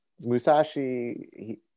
musashi